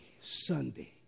Sunday